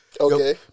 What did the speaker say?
Okay